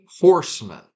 horsemen